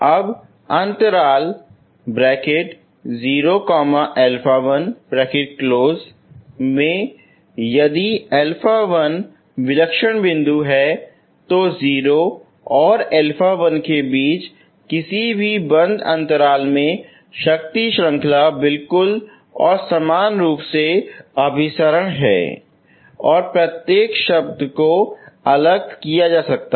अब अंतराल 0 α1 में यदि α1 विलक्षण बिंदु है तो 0 और α1 के बीच किसी भी बंद अंतराल में शक्ति श्रृंखला बिल्कुल और समान रूप से अभिसरण है और प्रत्येक शब्द को अलग किया जा सकता है